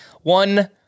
one